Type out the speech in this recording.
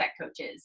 coaches